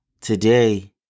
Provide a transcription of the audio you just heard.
Today